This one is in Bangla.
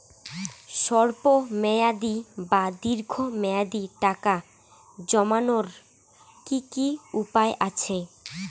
স্বল্প মেয়াদি বা দীর্ঘ মেয়াদি টাকা জমানোর কি কি উপায় আছে?